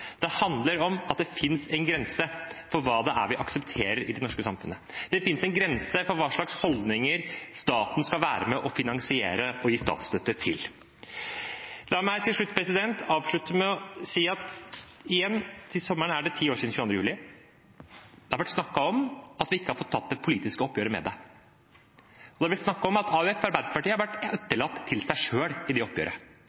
det er ikke det det handler om. Det handler om at det finnes en grense for hva vi aksepterer i det norske samfunnet. Det finnes en grense for hva slags holdninger staten skal være med og finansiere og gi statsstøtte til. La meg avslutte med igjen å si at til sommeren er det ti år siden 22. juli. Det har vært snakket om at vi ikke har fått tatt det politiske oppgjøret med det. Det har blitt snakket om at AUF og Arbeiderpartiet har vært